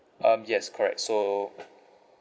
um yes correct so